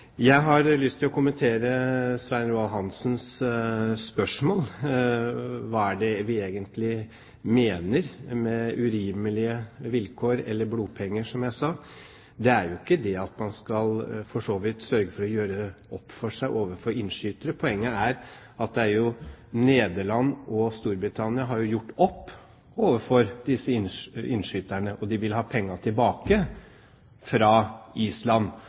Jeg har lyst til å kommentere Svein Roald Hansens spørsmål: Hva er det vi egentlig mener med urimelige vilkår eller blodpenger, som jeg sa. Det er ikke det at man ikke skal sørge for å gjøre opp for seg overfor innskytere. Poenget er at Nederland og Storbritannia jo har gjort opp overfor disse innskyterne, og de vil ha pengene tilbake fra Island.